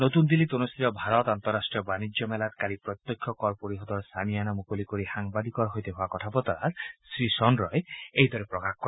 নতুন দিল্লীত অনুষ্ঠিত ভাৰত আন্তঃৰাষ্ট্ৰীয় বাণিজ্য মেলাত কালি কেন্দ্ৰীয় প্ৰত্যক্ষ কৰ পৰিষদৰ চামিয়ানা মুকলি কৰি সাংবাদিকৰ সৈতে হোৱা কথা বতৰাত শ্ৰী চন্দ্ৰই এই কথা প্ৰকাশ কৰে